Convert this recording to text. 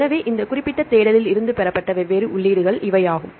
எனவே இந்த குறிப்பிட்ட தேடலில் இருந்து பெறப்பட்ட வெவ்வேறு உள்ளீடுகள் இவை ஆகும்